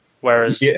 whereas